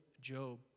Job